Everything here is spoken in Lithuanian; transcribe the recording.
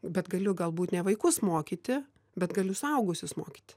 bet galiu galbūt ne vaikus mokyti bet galiu suaugusius mokyti